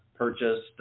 purchased